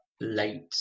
late